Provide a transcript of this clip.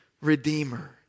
Redeemer